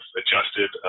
adjusted